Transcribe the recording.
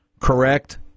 correct